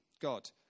God